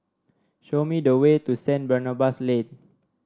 show me the way to Saint Barnabas Lane